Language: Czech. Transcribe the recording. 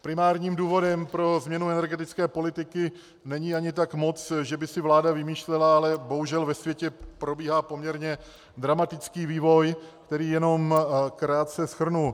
Primárním důvodem pro změnu energetické politiky není ani tak moc, že by si vláda vymýšlela, ale bohužel ve světě probíhá poměrně dramatický vývoj, který jenom krátce shrnu.